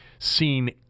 seen